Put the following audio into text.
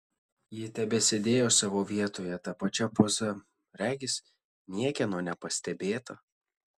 ji tebesėdėjo savo vietoje ta pačia poza regis niekieno nepastebėta